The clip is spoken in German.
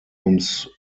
ums